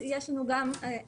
נסתמך על מדינות אחרות זרות.